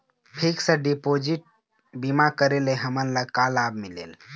Fix deposit बीमा करे ले हमनला का लाभ मिलेल?